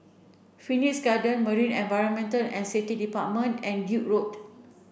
Phoenix Garden Marine Environment and Safety Department and Duke Road